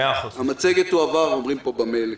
אומרים פה שהמצגת תועבר לכולם במייל.